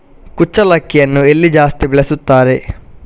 ಕುಚ್ಚಲಕ್ಕಿಯನ್ನು ಎಲ್ಲಿ ಜಾಸ್ತಿ ಬೆಳೆಸುತ್ತಾರೆ?